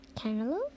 Cantaloupe